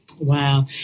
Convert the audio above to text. Wow